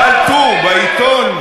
בעל טור בעיתון,